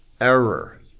error